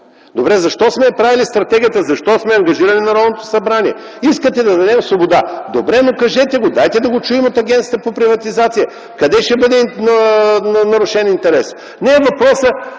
правим? Защо сме я правили стратегията? Защо сме ангажирали Народното събрание? Искате да дадем свобода. Добре, но кажете го. Дайте да го чуем от Агенцията за приватизация. Къде ще бъде нарушен интересът? Разбирам,